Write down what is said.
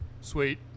Sweet